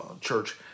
church